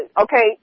Okay